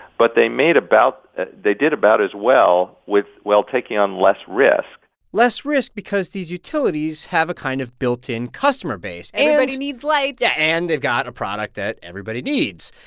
but they made about they did about as well with while taking on less risk less risk because these utilities have a kind of built-in customer base. and. everybody needs lights yeah. and they've got a product that everybody needs.